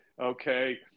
okay